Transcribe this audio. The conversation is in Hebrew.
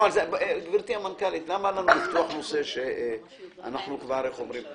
גברתי המנכ"לית, למה לנו לפתוח נושא שכבר דנו בו?